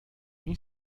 این